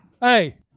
Hey